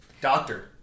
doctor